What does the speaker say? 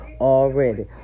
already